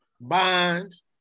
Bonds